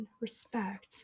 Respect